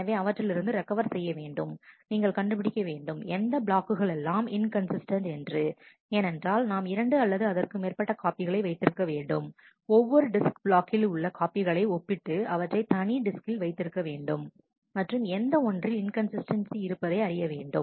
எனவே அவற்றிலிருந்து ரெக்கவர் செய்ய வேண்டும் நீங்கள் கண்டுபிடிக்க வேண்டும் எந்த பிளாக்குகள் எல்லாம் இன்கன்சிஸ்டன்ட் என்று ஏனென்றால் நாம் இரண்டு அல்லது அதற்கு மேற்பட்ட காப்பிகளை வைத்திருக்க வேண்டும் ஒவ்வொரு டிஸ்க் பிளாக்கில் உள்ள காப்பிகளை ஒப்பிட்டு அவற்றை தனி டிஸ்கில் வைத்து இருக்க வேண்டும் மற்றும் எந்த ஒன்றில் இன்கன்சிஸ்டன்ஸி இருப்பதை அறிய வேண்டும்